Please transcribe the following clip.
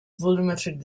volumetric